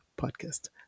Podcast